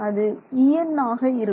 அது En ஆக இருக்கும்